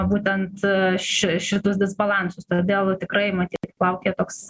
būtent ši šitus disbalansus todėl tikrai matyt laukia toks